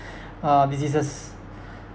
uh diseases